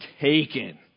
taken